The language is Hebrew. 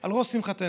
על ראש שמחתנו.